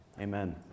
Amen